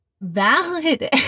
valid